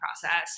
process